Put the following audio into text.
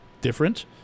different